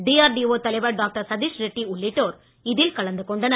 DRDO தலைவர் doctor Satheesh Reddy உள்ளிட்டோர் இதில் கலந்து கொண்டனர்